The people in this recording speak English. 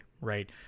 Right